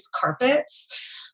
carpets